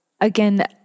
again